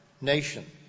nation